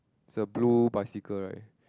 is a blue bicycle right